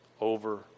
over